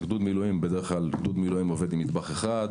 גדוד המילואים בדרך כלל עובד עם מטבח אחד.